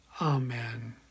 Amen